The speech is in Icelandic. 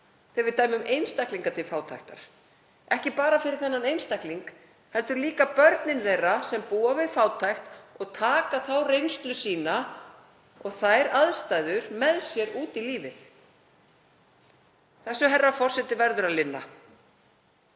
þegar við dæmum einstaklinga til fátæktar, ekki bara fyrir þessa einstaklinga heldur líka börnin þeirra sem búa við fátækt og taka þá reynslu sína og þær aðstæður með sér út í lífið. Þessu, herra forseti, verður að linna.